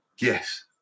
Yes